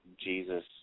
Jesus